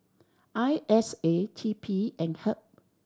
I S A T P and HEB